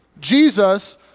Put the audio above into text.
Jesus